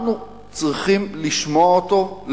אנחנו צריכים לשמוע אותו,